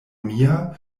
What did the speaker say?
mia